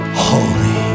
holy